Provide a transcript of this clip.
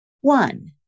One